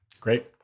Great